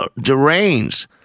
deranged